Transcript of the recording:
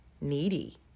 needy